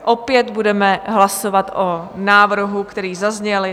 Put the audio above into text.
Opět budeme hlasovat o návrhu, který zazněl.)